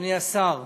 אדוני השר,